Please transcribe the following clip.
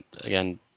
again